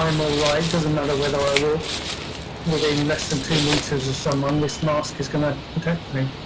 on i'm alright, doesn't matter whether i walk within less than two meters as someone this mask is gonna protect me.